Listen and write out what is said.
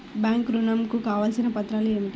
Bank ఋణం కు కావలసిన పత్రాలు ఏమిటి?